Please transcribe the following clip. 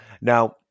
Now